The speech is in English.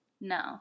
no